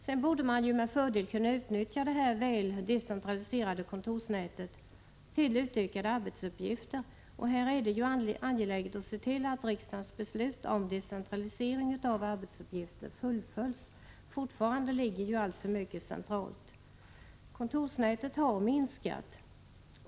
Man borde i stället kunna ge det väl decentraliserade kontorsnätet utökade arbetsuppgifter. I det sammanhanget är det angeläget att se till att riksdagens beslut om decentralisering av arbetsuppgifter fullföljs — fortfarande ligger alltför många av dessa uppgifter på central nivå. Kontorsnätet har minskat.